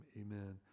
amen